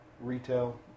retail